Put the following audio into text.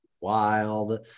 Wild